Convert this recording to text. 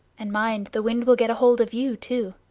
and, mind, the wind will get a hold of you, too.